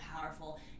powerful